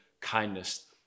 kindness